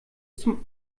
zum